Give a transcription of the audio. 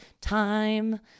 time